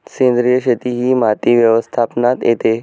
सेंद्रिय शेती ही माती व्यवस्थापनात येते